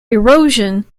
erosion